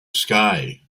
sky